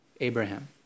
Abraham